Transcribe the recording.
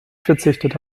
verzichtet